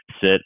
sit